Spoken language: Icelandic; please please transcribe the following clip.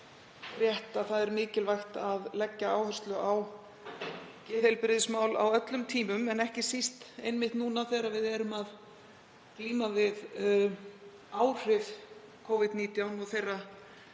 rétt að það er mikilvægt að leggja áherslu á geðheilbrigðismál á öllum tímum en ekki síst einmitt núna, þegar við erum að glíma við áhrif Covid-19 og þeirra